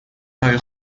های